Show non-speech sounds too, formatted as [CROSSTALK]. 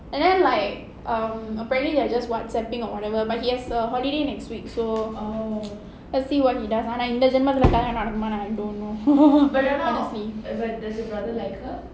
and then like um apparently they are just WhatsApping and whatever but he has holiday next week so let's see what he does ஆனா இந்த ஜென்மத்துல கல்யாணம் நடக்குமான்னு:aanaa indha jenmathula kalyaanam nadakkumaanu I don't know [LAUGHS] honestly